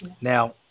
Now